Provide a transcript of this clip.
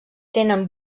tenen